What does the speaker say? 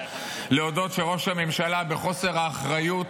להודות שראש הממשלה, בחוסר האחריות